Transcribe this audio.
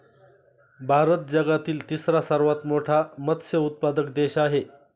भारत जगातील तिसरा सर्वात मोठा मत्स्य उत्पादक देश आहे